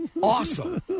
Awesome